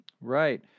Right